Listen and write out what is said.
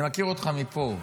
אני מכיר אותך מפה.